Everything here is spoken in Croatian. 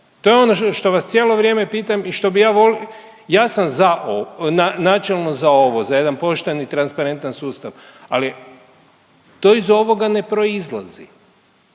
To je ono što vas cijelo vrijeme pitam i što bi ja volio, ja sam za, načelno za ovo, za jedan pošteni i transparentan sustav, ali, to iz ovoga ne proizlazi.